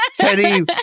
Teddy